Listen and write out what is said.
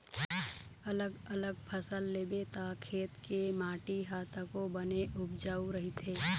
अलग अलग फसल लेबे त खेत के माटी ह तको बने उपजऊ रहिथे